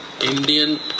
Indian